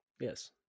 Yes